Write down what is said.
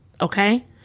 Okay